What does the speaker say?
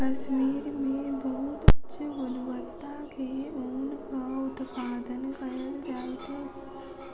कश्मीर मे बहुत उच्च गुणवत्ता के ऊनक उत्पादन कयल जाइत अछि